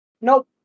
nope